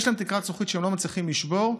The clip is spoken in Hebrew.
יש להם תקרת זכוכית שהם לא מצליחים לשבור,